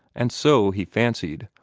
and, so he fancied,